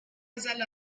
يزال